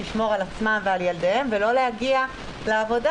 לשמור על עצמם ועל ילדיהם ולא להגיע לעבודה,